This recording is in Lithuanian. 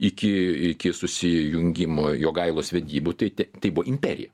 iki iki susijungimo jogailos vedybų tai te tai buvo imperija